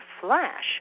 flash